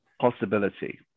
possibility